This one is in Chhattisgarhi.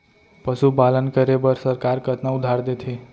पशुपालन करे बर सरकार कतना उधार देथे?